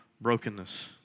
brokenness